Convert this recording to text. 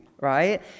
right